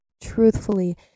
truthfully